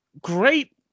great